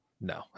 No